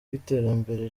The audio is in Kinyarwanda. iterambere